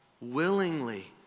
Willingly